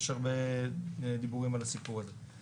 יש שם דיבורים על הסיפור הזה.